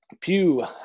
Pew